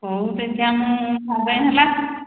କୋଉ ସେଜା ମୁଁ ହେଲା